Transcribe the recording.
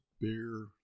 beer